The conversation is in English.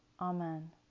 Amen